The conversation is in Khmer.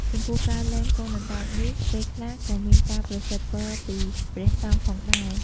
ចំពោះការលែងកូនអណ្តើកនេះពេលខ្លះក៏មានការប្រសិទ្ធពរពីព្រះសង្ឃផងដែរ ។